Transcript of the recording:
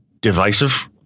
divisive